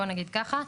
בוא נגיד ככה,